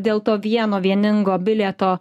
dėl to vieno vieningo bilieto